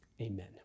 Amen